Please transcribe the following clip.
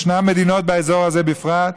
ישנן מדינות, באזור הזה בפרט,